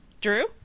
Drew